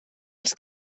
els